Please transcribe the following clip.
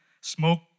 smoke